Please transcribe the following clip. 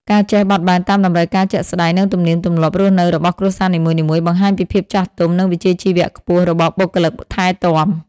ការចេះបត់បែនតាមតម្រូវការជាក់ស្តែង និងទំនៀមទម្លាប់រស់នៅរបស់គ្រួសារនីមួយៗ បង្ហាញពីភាពចាស់ទុំ និងវិជ្ជាជីវៈខ្ពស់របស់បុគ្គលិកថែទាំ។